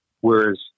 whereas